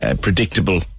predictable